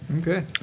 Okay